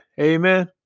Amen